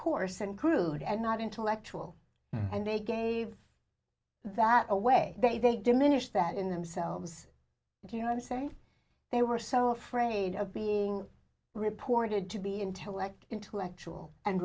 coarse and crude and not intellectual and they gave that away they diminish that in themselves and you know i'm saying they were so afraid of being reported to be intel lect intellectual and